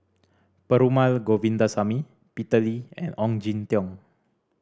Perumal Govindaswamy Peter Lee and Ong Jin Teong